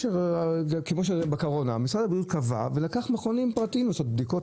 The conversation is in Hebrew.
כמו בקורונה משרד הבריאות קבע ולקח מכונים פרטיים לעשות בדיקות.